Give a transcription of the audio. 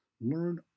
learn